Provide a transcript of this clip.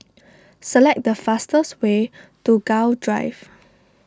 select the fastest way to Gul Drive